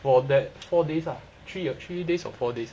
for that four days lah three ah three days or four days